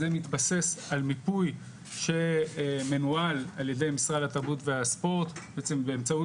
זה מתבסס על מיפוי שמנוהל על-ידי משרד התרבות והספורט באמצעות